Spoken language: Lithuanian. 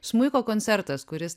smuiko koncertas kuris